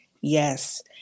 Yes